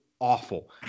awful